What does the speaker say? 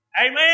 Amen